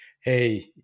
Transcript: hey